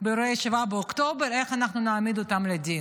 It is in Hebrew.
באירועי 7 באוקטובר, איך אנחנו נעמיד אותם לדין?